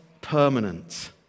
permanent